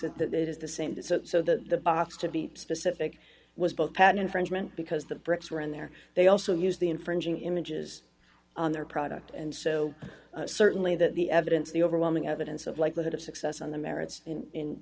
that it is the same to sit so that the box to be specific was both patent infringement because the bricks were in there they also used the infringing images on their product and so d certainly that the evidence the overwhelming evidence of likelihood of success on the merits